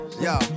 Yo